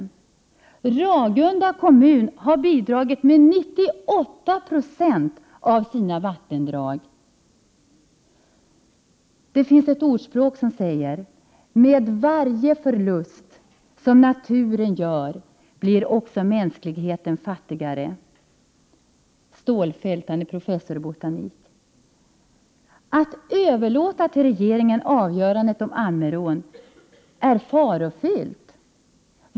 Ragunda kommun har bidragit med 98 96 av sina vattendrag. Stålfelt, professor i botanik, har sagt att med varje förlust som naturen gör blir också mänskligheten fattigare. Att överlåta avgörandet om Ammerån till regeringen är farofyllt.